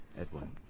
Edwin